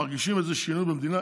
מרגישים איזה שינוי במדינה?